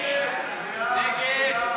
ההסתייגות (35)